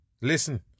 Listen